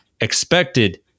expected